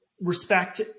respect